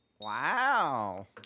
Wow